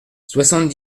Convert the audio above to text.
soixante